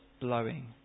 blowing